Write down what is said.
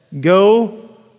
go